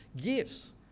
gifts